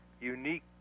unique